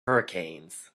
hurricanes